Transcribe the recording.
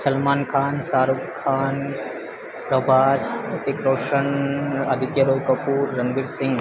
સલમાન ખાન સારું ખાન પ્રભાસ રિતિક રોશન આદિત્ય રોય કપૂર રનબીર સિંગ